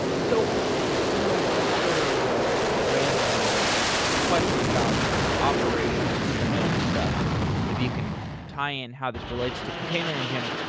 so you know another random question about operational kubernetes stuff, and maybe you can tie in how this relates to container engine.